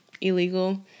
illegal